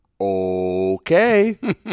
okay